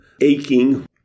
aching